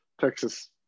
Texas